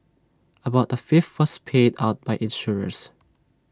about A fifth was paid out by insurers